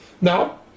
now